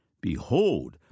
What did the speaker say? Behold